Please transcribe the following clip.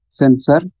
sensor